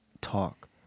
Talk